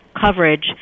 coverage